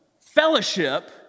fellowship